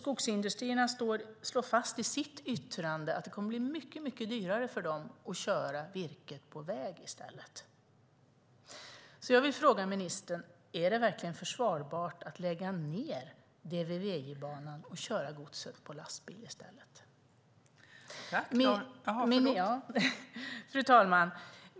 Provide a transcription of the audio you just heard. Skogsindustrierna slår fast i sitt yttrande att det kommer att bli mycket dyrare för dem att köra virket på väg i stället. Jag vill fråga ministern: Är det verkligen försvarbart att lägga ned DVVJ-banan och köra godset på lastbil i stället? Fru talman!